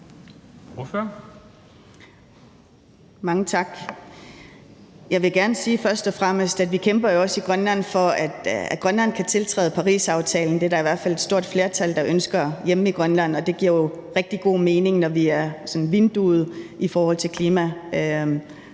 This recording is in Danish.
Mange tak. Jeg vil gerne sige først og fremmest, at vi jo også i Grønland kæmper for, at Grønland kan tiltræde Parisaftalen – det er der i hvert fald et stort flertal der ønsker hjemme i Grønland. Og det giver jo rigtig god mening, når vi er sådan vinduet i forhold til